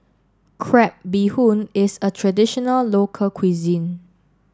Crab Bee Hoon is a traditional local cuisine